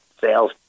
sales